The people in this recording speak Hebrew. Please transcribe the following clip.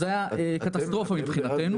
זה היה קטסטרופה מבחינתנו.